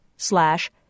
slash